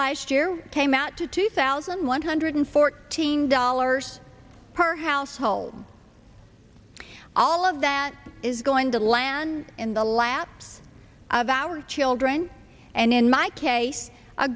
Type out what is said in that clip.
last year came out to two thousand one hundred fourteen dollars per household all of that is going to land in the laps of our children and in my case a